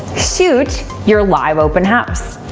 shoot your live open house.